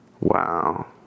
Wow